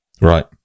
Right